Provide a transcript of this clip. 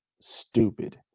stupid